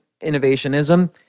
innovationism